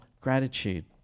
gratitude